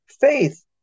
faith